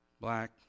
black